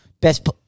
Best